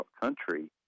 country